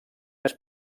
més